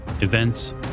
Events